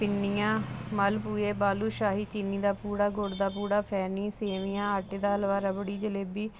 ਪਿੰਨੀਆਂ ਮਲਬੂਏ ਬਾਲੂ ਸ਼ਾਹੀ ਚੀਨੀ ਦਾ ਪੂੜਾ ਗੁੜ ਦਾ ਪੂੜਾ ਫੈਨੀਸ ਸੇਵੀਆਂ ਆਟੇ ਦਾ ਲਵਾ ਰਬੜੀ ਜਲੇਬੀ